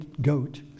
goat